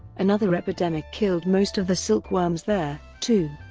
another epidemic killed most of the silkworms there, too,